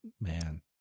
man